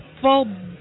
full